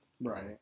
Right